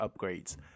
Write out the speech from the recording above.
upgrades